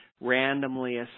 randomly